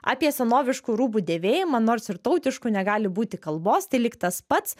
apie senoviškų rūbų dėvėjimą nors ir tautiškų negali būti kalbos tai lyg tas pats